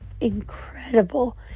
incredible